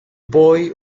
boy